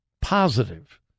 positive